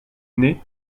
nez